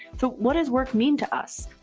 so what does work mean to us?